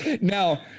Now